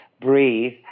breathe